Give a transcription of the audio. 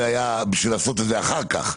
זה היה בשביל לעשות את זה אחר כך,